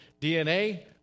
DNA